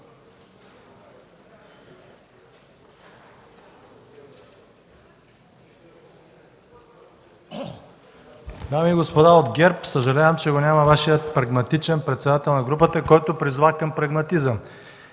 Дами и господа от ГЕРБ, съжалявам, че го няма Вашият прагматичен председател на групата, който призова към прагматизъм!